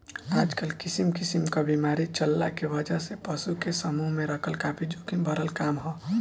आजकल किसिम किसिम क बीमारी चलला के वजह से पशु के समूह में रखल काफी जोखिम भरल काम ह